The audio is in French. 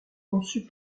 conçue